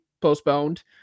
postponed